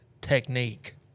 technique